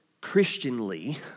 Christianly